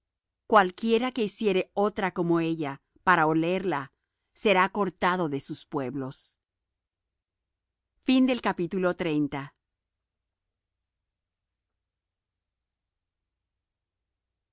cualquiera que hiciere otra como ella para olerla será cortado de sus pueblos y